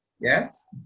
yes